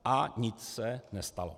A nic se nestalo.